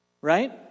Right